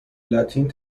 لاتین